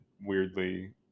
weirdly